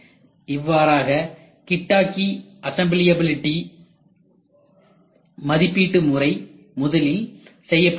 இவ்வாறாக கிட்டகி அசெம்பிளியபிலிடி மதிப்பீடு முறை முதலில் செய்யப்படுகிறது